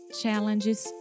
challenges